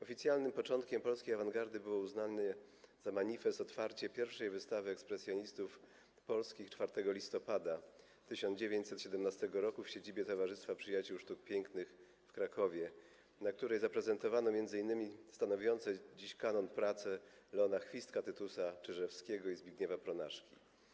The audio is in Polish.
Oficjalnym początkiem polskiej awangardy było uznane za manifest otwarcie I Wystawy Ekspresjonistów Polskich 4 listopada 1917 roku w siedzibie Towarzystwa Przyjaciół Sztuk Pięknych w Krakowie, na której zaprezentowano między innymi stanowiące dziś kanon prace Leona Chwistka, Tytusa Czyżewskiego i Zbigniewa Pronaszki.